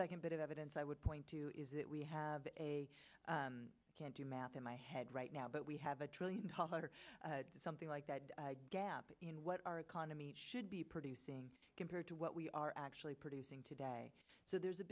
second bit of evidence i would point to is that we have a can't do math in my head right now but we have a trillion or something like that gap in what our economy should be producing compared to what we are actually producing today so there's a